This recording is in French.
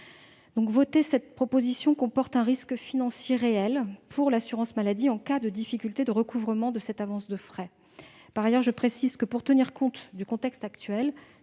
conséquent, cet amendement comporte un risque financier réel pour l'assurance maladie, en cas de difficultés de recouvrement de cette avance de frais. Par ailleurs, je précise que pour tenir compte du contexte actuel,